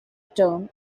term